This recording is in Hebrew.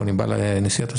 או אני בא לנסיעת עסקים,